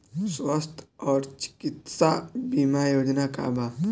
स्वस्थ और चिकित्सा बीमा योजना का बा?